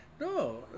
No